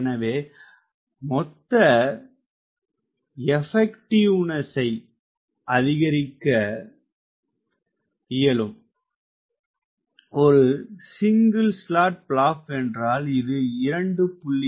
எனவே மொத்த எபெக்டிவ்னஸினை அதிகரிக்க இயலும் ஒரு சிங்கிள் ஸ்லாட் பிளாப் என்றால் இது 2